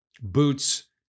boots